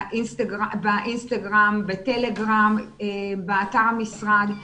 באינסטגרם, בטלגרם, באתר המשרד.